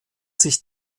sich